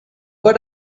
but